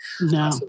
No